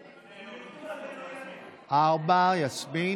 ארבעה, יסמין.